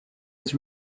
was